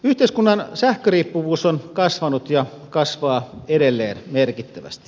yhteiskunnan sähköriippuvuus on kasvanut ja kasvaa edelleen merkittävästi